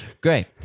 Great